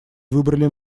выбрали